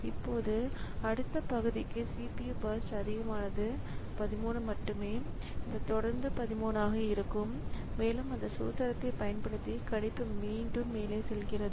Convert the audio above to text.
இப்போது அடுத்த பகுதிக்கு CPU பர்ஸ்ட் அதிகமானது 13 மட்டுமே இவை தொடர்ந்து 13 ஆக இருக்கும் மேலும் அந்த சூத்திரத்தைப் பயன்படுத்தி கணிப்பு மீண்டும் மேலே செல்கிறது